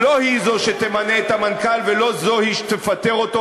לא היא זו שתמנה את המנכ"ל ולא היא זו שתפטר אותו,